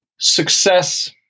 Success